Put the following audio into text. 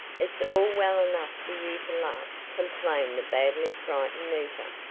it's all well enough for you to laugh, complained the badly-frightened nita,